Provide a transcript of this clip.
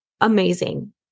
Amazing